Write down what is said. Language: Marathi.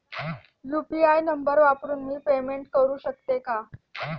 यु.पी.आय नंबर वापरून मी पेमेंट करू शकते का?